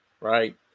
right